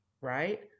right